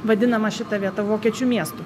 vadinama šita vieta vokiečių miestu